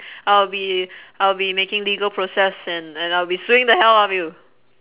I'll be I'll be making legal process and and I'll be suing the hell out of you